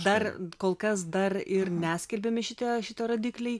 dar kol kas dar ir neskelbiami šitie šitie rodikliai